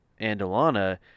Andalana